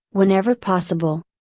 whenever possible.